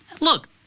Look